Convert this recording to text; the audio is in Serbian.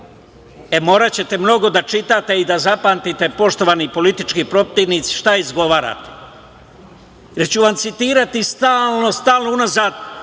E, moraćete mnogo da čitate i da zapamtite, poštovani politički protivnici, šta izgovarate, jer ću vam citirati stalno, stalno unazad